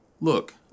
Look